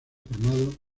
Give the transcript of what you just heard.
formado